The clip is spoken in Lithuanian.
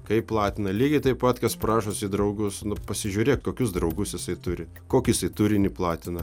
kaip platina lygiai taip pat kas prašosi į draugus nu pasižiūrėk kokius draugus jisai turi kokį jisai turinį platina